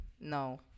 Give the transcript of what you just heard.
No